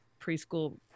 preschool